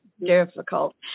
Difficult